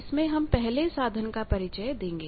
इसमें हम पहले साधन का परिचय देंगे